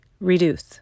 Reduce